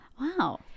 Wow